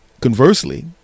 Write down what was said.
conversely